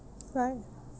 right